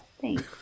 Thanks